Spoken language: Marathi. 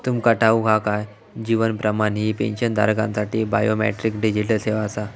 तुमका ठाऊक हा काय? जीवन प्रमाण ही पेन्शनधारकांसाठी बायोमेट्रिक डिजिटल सेवा आसा